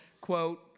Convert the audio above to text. quote